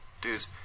dudes